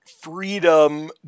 freedom